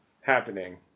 happening